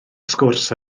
sgwrs